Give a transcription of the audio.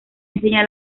enseña